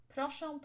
Proszę